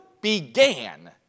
began